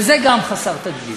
וזה גם חסר תקדים.